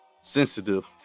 sensitive